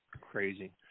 crazy